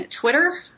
Twitter